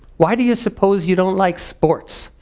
why do you suppose you don't like sports?